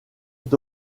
est